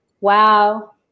wow